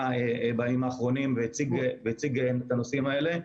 בימים האחרונים והציג את הנושאים האלה.